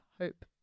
hope